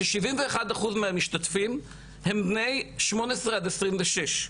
ששבעים ואחד אחוז מהמשתתפים הם בני שמונה עשרה עד עשרים ושש,